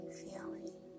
feeling